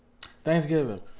Thanksgiving